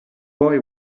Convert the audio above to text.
boy